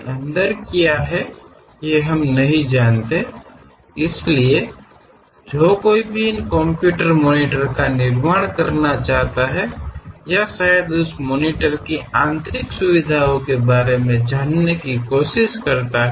ಆದ್ದರಿಂದ ಆ ಉದ್ದೇಶಕ್ಕಾಗಿ ಸಾಮಾನ್ಯವಾಗಿ ಹಾಳೆಗಳನ್ನು ಚಿತ್ರಿಸುವಾಗ ಯಾರು ಈ ಕಂಪ್ಯೂಟರ್ ಮಾನಿಟರ್ಗಳನ್ನು ತಯಾರಿಸುತ್ತಾರೋ ಅಥವಾ ಬಹುಶಃ ಆ ಮಾನಿಟರ್ಗಳ ಪ್ರತ್ಯೇಕ ಘಟಕಗಳ ಬಗ್ಗೆ ತಿಳಿದುಕೊಳ್ಳಲು ಪ್ರಯತ್ನಿಸುತ್ತಾರೆ